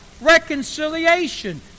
Reconciliation